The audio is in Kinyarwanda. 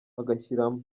agashyiramo